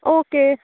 okay